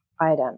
item